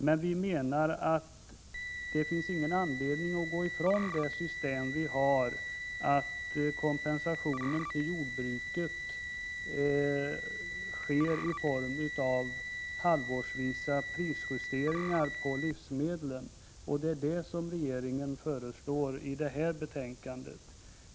Men vi menar att det inte finns någon anledning att gå ifrån det system vi har, nämligen att förhandlingar om kompensationen till jordbruket skall ske vid halvårsvisa prisjusteringar av livsmedlen, vilket regeringen föreslår i detta betänkande.